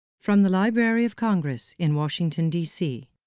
from the library of congress in washington d c.